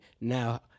now